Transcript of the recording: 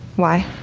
why?